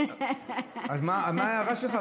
מה ההערה שלך?